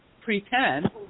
pretend